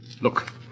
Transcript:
Look